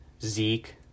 Zeke